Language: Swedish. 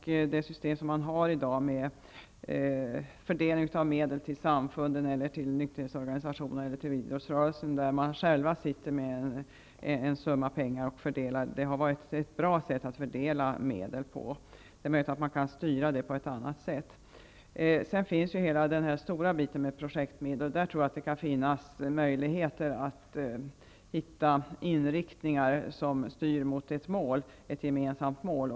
Dagens system för fördelningen, där de medel som samfunden, nykterhetsorganisationerna och idrottsföreningarna fått har fördelats av dem själva, har varit bra. Det är möjligt att man kan styra det på ett annat sätt. Jag tror att det för den stora delen av projektmedlen kan finnas möjlighet att hitta inriktningar som styr mot ett gemensamt mål.